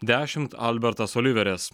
dešimt albertas oliveris